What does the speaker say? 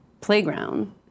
playground